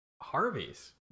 Harvey's